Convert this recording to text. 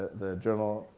the journal,